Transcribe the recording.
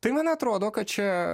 tai man atrodo kad čia